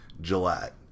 Gillette